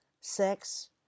sex